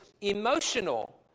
emotional